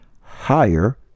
higher